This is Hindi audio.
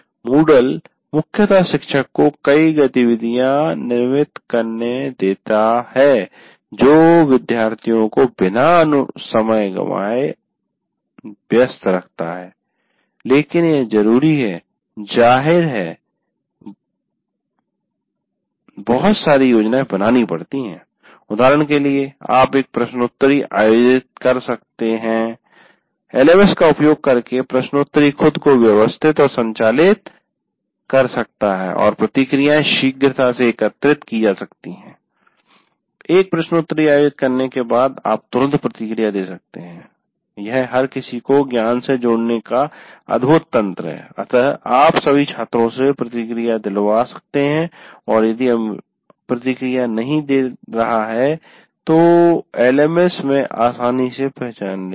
MOODLE मुख्यतः शिक्षक को कई गतिविधियाँ निर्मित करने देता है जो विद्यार्थियों को बिना अधिक समय गँवाए संलग्नव्यस्त रखता है लेकिन यह जरूरी है जाहिर है बहुत सारी योजनाएँ बनाना पड़ती है उदाहरण के लिए आप एक प्रश्नोत्तरी आयोजित कर सकते हैं एलएमएस का उपयोग करके प्रश्नोत्तरी खुद को व्यवस्थित और संचालित कर सकता है और प्रतिक्रियाएं शीघ्रता से एकत्र की जा सकती हैं एक प्रश्नोत्तरी आयोजित करने के बाद आप तुरंत प्रतिक्रिया दे सकते हैं यह हर किसी को ज्ञान से जोड़ने का एक अद्भुत तंत्र है आप सभी छात्रों से प्रतिक्रिया दिलवा सकते हैं और यदि कोई प्रतिक्रिया नहीं दे रहा है तो एलएमएस भी आसानी से पहचान लेगा